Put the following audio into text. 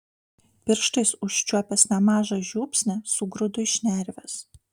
pirštais užčiuopęs nemažą žiupsnį sugrūdu į šnerves